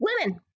women